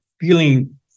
feeling